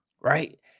right